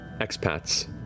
expats